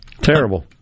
Terrible